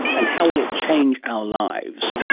and how will it change our lives?